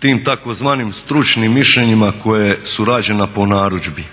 tim tzv. stručnim mišljenjima koja su rađena po narudžbi